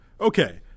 Okay